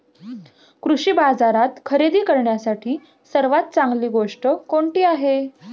कृषी बाजारात खरेदी करण्यासाठी सर्वात चांगली गोष्ट कोणती आहे?